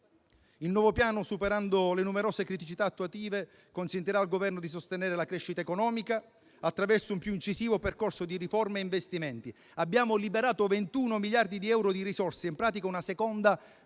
Il nuovo Piano, superando le numerose criticità attuative, consentirà al Governo di sostenere la crescita economica attraverso un più incisivo percorso di riforme e investimenti. Abbiamo liberato 21 miliardi di euro di risorse (in pratica, una seconda